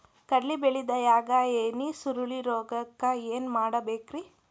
ಕಡ್ಲಿ ಬೆಳಿಯಾಗ ಎಲಿ ಸುರುಳಿರೋಗಕ್ಕ ಏನ್ ಮಾಡಬೇಕ್ರಿ?